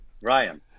Ryan